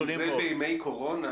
אם זה בימי קורונה,